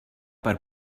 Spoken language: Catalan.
per